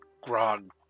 grog